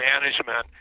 management